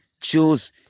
choose